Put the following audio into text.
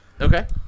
Okay